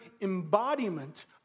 embodiment